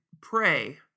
pray